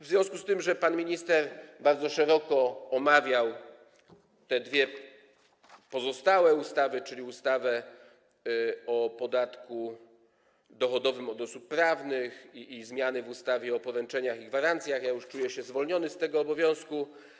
W związku z tym, że pan minister bardzo szeroko omawiał te dwie pozostałe ustawy, ustawę o podatku dochodowym od osób prawnych i zmiany w ustawie o poręczeniach i gwarancjach, ja już czuję się zwolniony z tego obowiązku.